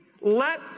Let